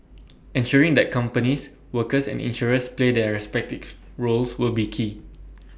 ensuring that companies workers and insurers play their respective roles will be key